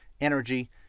energy